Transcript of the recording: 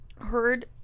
heard